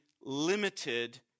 limited